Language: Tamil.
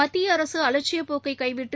மத்திய அரசு அலட்சியப்போக்கை கைவிட்டு